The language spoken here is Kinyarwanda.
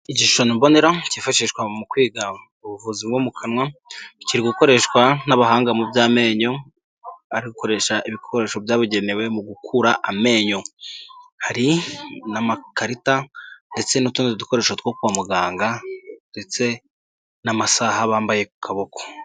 Igishushanyobonera cyifashishwa mu kwiga ubuvuzi bwo mu kanwa, kiri gukoreshwa n'abahanga mu by'amenyo ari gukoresha ibikoresho byabugenewe mu gukura amenyo, hari n'amakarita ndetse n'utundi dukoresho two kwa muganga ndetse n'amasaha bambaye akaboko.